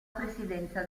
presidenza